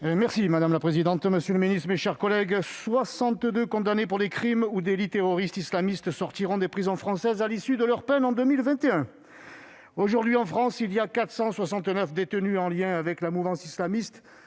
Ravier. Madame la présidente, monsieur le ministre, mes chers collègues, 62 condamnés pour des crimes ou délits terroristes islamistes sortiront des prisons françaises à l'issue de leur peine en 2021. Aujourd'hui, en France, il y a 469 personnes détenues en lien avec la mouvance islamiste,